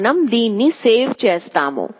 మనం దీన్ని సేవ్ చేస్తాము